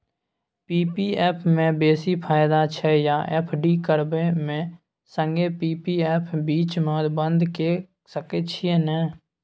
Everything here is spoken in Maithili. पी.पी एफ म बेसी फायदा छै या एफ.डी करबै म संगे पी.पी एफ बीच म बन्द के सके छियै न?